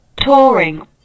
Touring